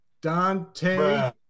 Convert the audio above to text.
Dante